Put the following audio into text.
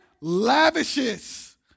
lavishes